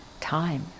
time